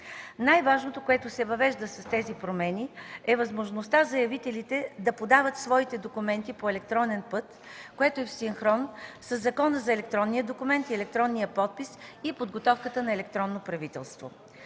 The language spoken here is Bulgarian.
Най-важното, което се въвежда с тези промени, е възможността заявителите да подават своите документи по електронен път, което е в синхрон със Закона за електронния документ и електронния подпис и подготовката на електронно правителство.